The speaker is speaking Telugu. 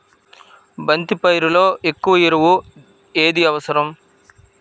బంతి పైరులో ఎక్కువ ఎరువు ఏది అవసరం?